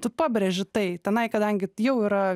tu pabrėži tai tenai kadangi jau yra